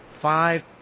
five